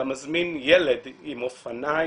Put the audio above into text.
אתה מזמין ילד עם אופניים,